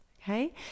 Okay